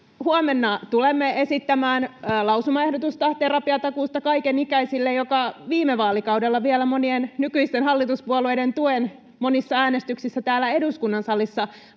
Huomenna tulemme esittämään lausumaehdotusta terapiatakuusta kaikenikäisille, joka sai viime vaalikaudella vielä monien nykyisten hallituspuolueiden tuen monissa äänestyksissä lausumaehdotuksista